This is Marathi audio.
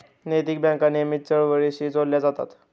नैतिक बँका नेहमीच चळवळींशीही जोडल्या जातात